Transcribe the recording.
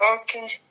Okay